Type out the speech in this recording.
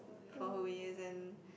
for who he isn't